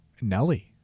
Nelly